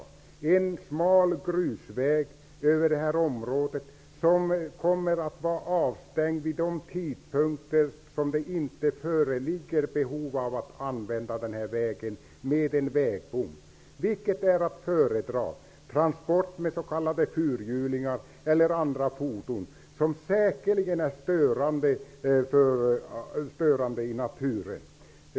Är det en smal grusväg över det här området som kommer att vara avstängd med en vägbom vid de tidpunkter som det inte föreligger behov av att använda vägen, eller är det transporter med s.k. fyrhjulingar och andra fordon, som säkerligen är störande i naturen?